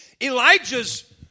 Elijah's